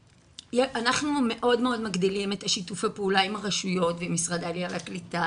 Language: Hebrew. אנחנו מאוד מגדילים את שיתוף הפעולה עם הרשויות ועם משרד העלייה והקליטה